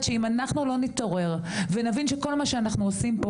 שאם אנחנו לא נתעורר ונבין שכל מה שאנחנו עושים פה,